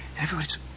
Everybody's